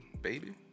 baby